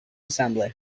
assembly